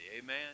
Amen